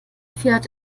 fährt